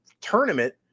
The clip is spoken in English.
tournament